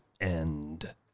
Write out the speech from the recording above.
end